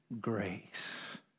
grace